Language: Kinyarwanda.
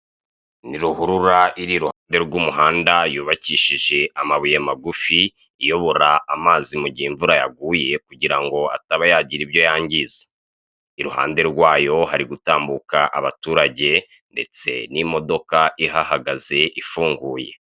Ni ruhurura iri iruhande rw'umuhanda yubakishije amabuye magufi iyobora amazi mu gihe imvura yaguye kugira ngo ataba yagira ibyo yangiza, iruhande rwayo hari gutambuka abaturage ndetse n'imodoka ihagaze ifunguye.